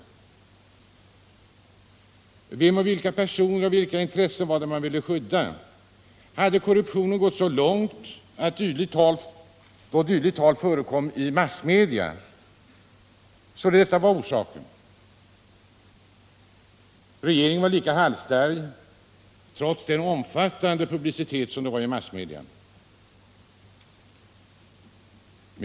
Vilka personer och vilka intressen ville man skydda? Hade korruptionen brett ut sig för långt? Regeringen var lika halsstarrig trots den omfattande publiciteten i massmedia.